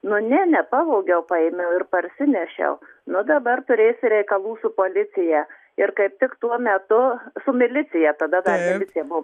nu ne nepavogiau paėmiau ir parsinešiau nu dabar turėsi reikalų su policija ir kaip tik tuo metu su milicija tada dar milicija buvo